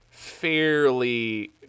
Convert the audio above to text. fairly